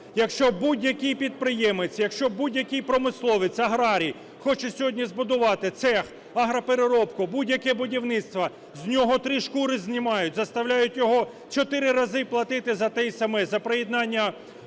Якщо будь-який підприємець, якщо будь-який промисловець, аграрій хоче сьогодні збудувати цех, агропереробку, будь-яке будівництво, з нього три шкури знімають, заставляють його чотири рази плати за те й саме: за приєднання